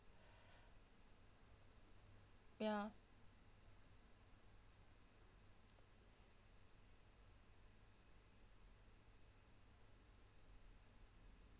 ya